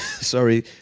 sorry